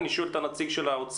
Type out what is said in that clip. אני שואל את נציג האוצר.